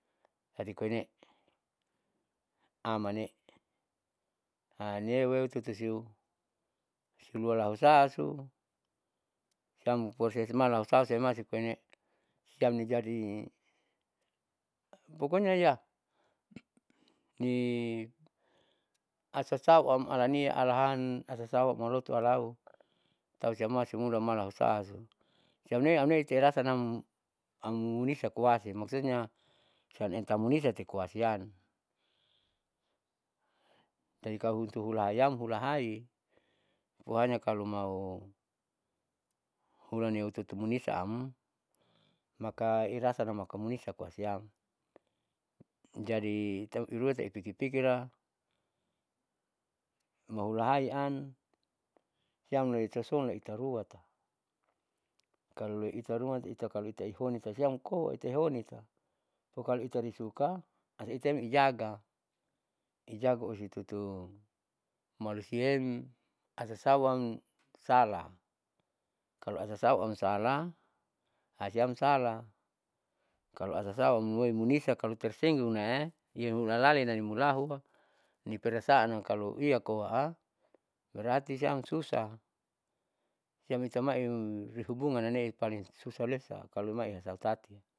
Jadi koine amanne nieueu tutusiu siuhulalausasu siam proses mala hausasia maikoine'e siamni jadi pokonya iya ini asasauam alania alahan asasau alaloto alau tausiama masimuda malahusasu siamne'e auneterasa nam ammunisa koasi maksutnya siam entah munisate koasiam jadi kaluhutu hulaaisiam hulahai pohanya kalo mau hulaneu tutu munisa am maka irasana makamunisa koasiam jadi euruam tati pikirpikiram mauhulaian siamloi tasonitairuata kalo loiitarumata itahonita siamkoa itaihonita pokalo itai suka, asaitaim ijaga ijaga itutu malisiem asasauam salah kalo asasau am salah siam salah kalo asasau amweu munisa kalo tersinggungnue niahulalali mulahua jadiperasaan nikalo iakoa'a berarti siam susa siam itaimasi hubungan inane'e paling susalesa kalo maiitai tati.